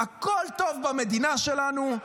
הכול טוב במדינה שלנו,